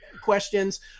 questions